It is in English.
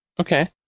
Okay